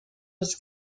was